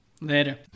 Later